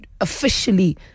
officially